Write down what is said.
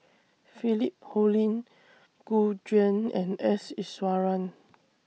Philip Hoalim Gu Juan and S Iswaran